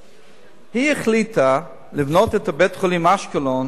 החליטה לבנות את בית-החולים באשקלון